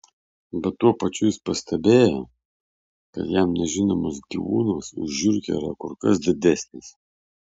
bet tuo pačiu jis pastebėjo kad jam nežinomas gyvūnas už žiurkę yra kur kas didesnis